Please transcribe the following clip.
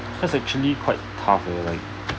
that's actually quite tough I will be like